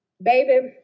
Baby